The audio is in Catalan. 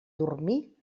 dormir